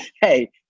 Hey